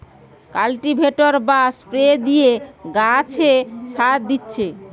cultivator বা spray দিয়ে গাছে সার দিচ্ছি